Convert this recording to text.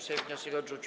Sejm wniosek odrzucił.